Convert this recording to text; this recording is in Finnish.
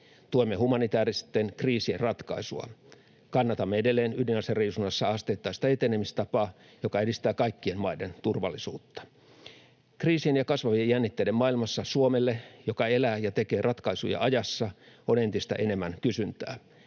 Tuemme humanitääristen kriisien ratkaisua. Kannatamme edelleen ydinaseriisunnassa asteittaista etenemistapaa, joka edistää kaikkien maiden turvallisuutta. Kriisien ja kasvavien jännitteiden maailmassa Suomelle, joka elää ja tekee ratkaisuja ajassa, on entistä enemmän kysyntää.